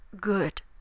good